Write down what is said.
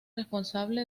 responsable